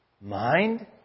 Mind